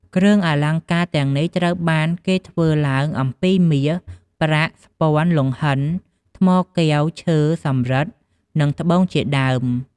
គ្រឿងអលង្ការទាំងនេះត្រូវបានគេធ្វើឡើងអំពីមាស ប្រាក់ ស្ព័ន លង្ហិន ថ្មកែវ ឈើ សំរិទ្ធ និងត្បូងជាដើម។